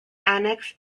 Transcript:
annex